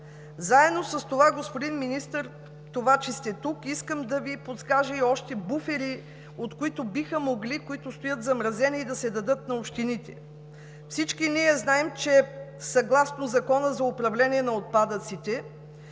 Заедно с това, господин Министър, това, че сте тук, искам да Ви подскажа и още буфери, които стоят замразени, и които биха могли да се дадат на общините. Всички знаем, че съгласно Закона за управление на отпадъците